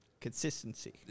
consistency